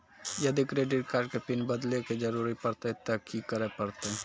यदि credit card के PIN बदले के जरूरी परतै ते की करे परतै?